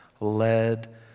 led